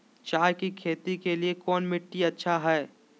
चाय की खेती के लिए कौन मिट्टी अच्छा हाय?